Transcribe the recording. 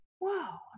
wow